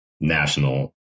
national